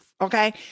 Okay